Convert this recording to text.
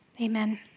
Amen